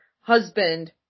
husband